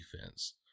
defense